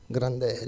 grande